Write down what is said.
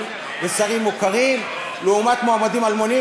ושרים מוכרים לעומת מועמדים אלמונים,